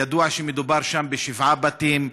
ידוע שמדובר שם בשבעה בתים.